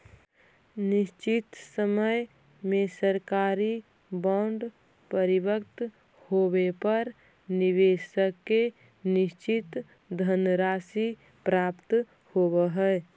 निश्चित समय में सरकारी बॉन्ड परिपक्व होवे पर निवेशक के निश्चित धनराशि प्राप्त होवऽ हइ